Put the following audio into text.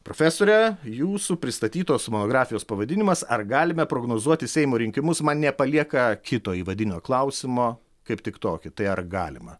profesore jūsų pristatytos monografijos pavadinimas ar galime prognozuoti seimo rinkimus man nepalieka kito įvadinio klausimo kaip tik tokį tai ar galima